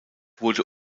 wurde